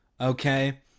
okay